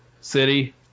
City